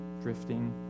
drifting